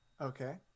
Okay